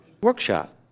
workshop